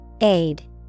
Aid